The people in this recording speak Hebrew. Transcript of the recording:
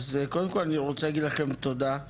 קודם כל, אני רוצה להגיד לכם תודה.